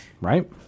right